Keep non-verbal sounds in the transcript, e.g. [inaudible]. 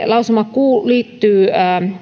[unintelligible] lausuma liittyy